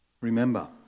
Remember